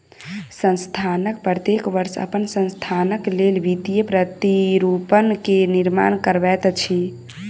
संस्थान प्रत्येक वर्ष अपन संस्थानक लेल वित्तीय प्रतिरूपण के निर्माण करबैत अछि